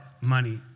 money